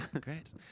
Great